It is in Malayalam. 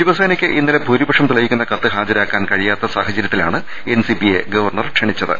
ശിവസേനക്ക് ഇന്നലെ ഭൂരിപക്ഷം തെളിയിക്കുന്ന കത്ത് ഹാജ രാ ക്കാൻ ക ഴി യാ ത്ത സാഹ്ച ര്യ ത്തി ലാണ് എൻസിപിയെ ഗവർണർ ക്ഷണിച്ചത്